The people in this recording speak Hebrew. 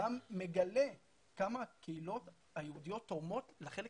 גם מגלה כמה הקהילות היהודיות תורמות לחלק